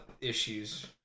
issues